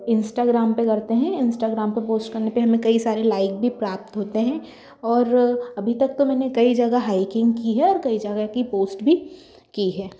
Instagram पर करते हैं इंस्टाग्राम पर पोस्ट करने पर हमें कई सारे लाइक भी प्राप्त होते हैं और अभी तक तो मैंने कई जगह हाइकिंग की है और कई जगह की पोस्ट भी की है